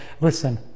listen